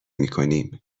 میکنیم